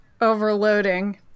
overloading